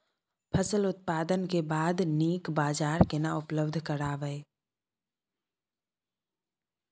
फसल उत्पादन के बाद नीक बाजार केना उपलब्ध कराबै?